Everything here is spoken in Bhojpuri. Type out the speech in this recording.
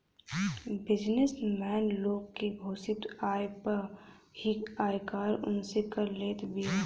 बिजनेस मैन लोग के घोषित आय पअ ही आयकर उनसे कर लेत बिया